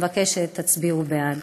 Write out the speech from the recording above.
מבקשת שתצביעו בעד.